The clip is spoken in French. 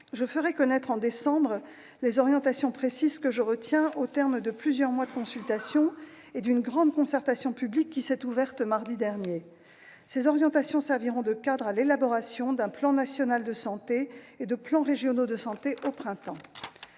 Je ferai connaître, en décembre prochain, les orientations précises que je retiendrai au terme de plusieurs mois de consultations et d'une grande concertation publique qui s'est ouverte mardi dernier. Ces orientations serviront de cadre à l'élaboration d'un plan national de santé et de plans régionaux de santé, au printemps.